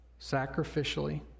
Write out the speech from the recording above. sacrificially